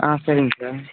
ஆ சரிங்க சார்